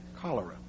cholera